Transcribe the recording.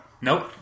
Nope